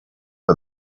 for